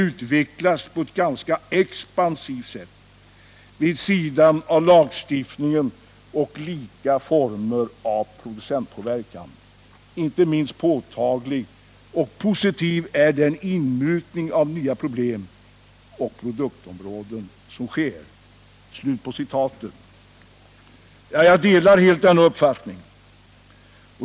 utvecklas på ett ganska expansivt sätt, vid sidan av lagstiftningen och olika former av producentpåverkan. Inte minst påtagligt och positivt är den inmutning av nya problemoch produktområden som sker.” Jag delar helt denna uppfattning.